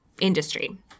industry